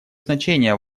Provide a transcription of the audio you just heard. значение